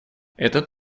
этот